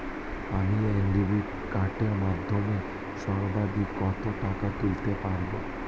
আমি ক্রেডিট কার্ডের মাধ্যমে সর্বাধিক কত টাকা তুলতে পারব?